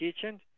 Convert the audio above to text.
kitchen